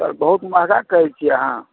sir बहुत महगा कहै छियै अहाँ